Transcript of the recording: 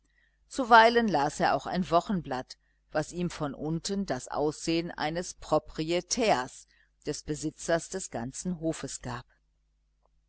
zuweilen las er auch ein wochenblatt was ihm von unten das aussehen eines proprietärs des besitzers des ganzen hofes gab